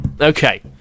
Okay